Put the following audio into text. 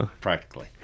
Practically